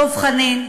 דב חנין,